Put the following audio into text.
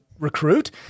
recruit